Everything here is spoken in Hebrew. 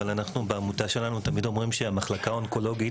אבל אנחנו תמיד אומרים שבסופו של דבר,